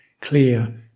clear